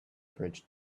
bridge